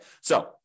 So-